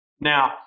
Now